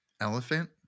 Elephant